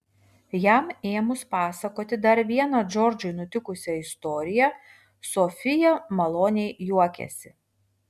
jam ėmus pasakoti dar vieną džordžui nutikusią istoriją sofija maloniai juokėsi